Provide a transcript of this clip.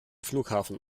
flughafen